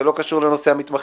זה לא קשור לנושא המתמחים.